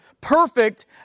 perfect